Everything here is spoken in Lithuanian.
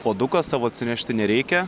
puodukas savo atsinešti nereikia